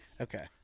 okay